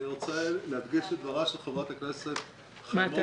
אני רוצה להדגיש את דבריה של חברת הכנסת חיימוביץ'.